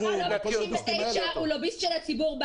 לובי 99 הוא לוביסט של הציבור.